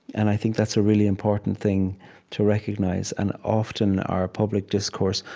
and i think that's a really important thing to recognize and often, our public discourse,